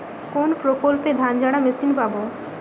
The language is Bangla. কোনপ্রকল্পে ধানঝাড়া মেশিন পাব?